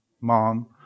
mom